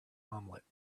omelette